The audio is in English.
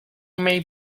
may